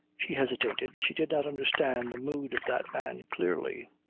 she hesitated. she did not understand the mood of that man clearly.